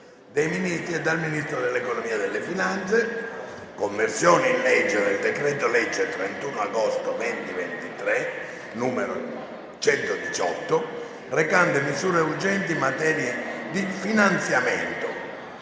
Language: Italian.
dei ministri e dal Ministro dell'economia e delle finanze* «Conversione in legge del decreto-legge 31 agosto 2023, n. 118, recante misure urgenti in materia di finanziamento